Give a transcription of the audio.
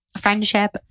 friendship